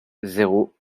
zéro